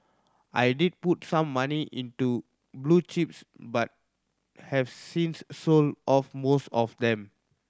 I did put some money into blue chips but have since sold off most of them